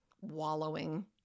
wallowing